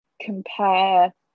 compare